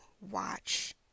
watch